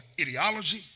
ideology